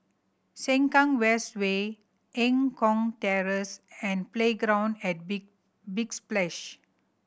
Sengkang West Way Eng Kong Terrace and Playground at Big Big Splash